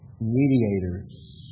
mediators